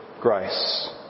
grace